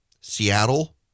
Seattle